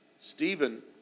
Stephen